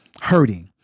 hurting